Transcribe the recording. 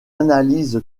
analyse